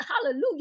hallelujah